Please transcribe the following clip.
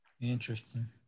interesting